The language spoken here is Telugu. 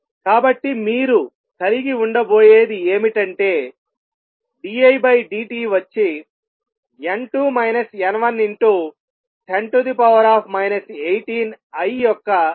కాబట్టి మీరు కలిగి ఉండబోయేది ఏమిటంటే dI dT వచ్చి 10 18I యొక్క క్రమం అవుతుంది